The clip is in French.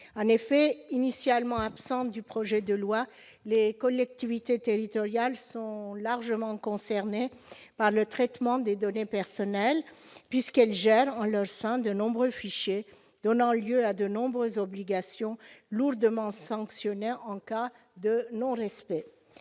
En effet, initialement absentes du projet de loi, ces dernières sont largement concernées par le traitement des données personnelles, puisqu'elles gèrent en leur sein de nombreux fichiers donnant lieu à de nombreuses obligations lourdement sanctionnées en cas de non-respect.